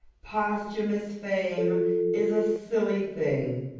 posthumous fame is a silly thing,